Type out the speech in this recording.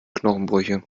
knochenbrüche